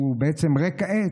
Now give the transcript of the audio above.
שהוא בעצם ריק כעת?